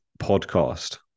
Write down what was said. podcast